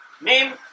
Name